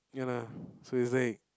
ya lah so is like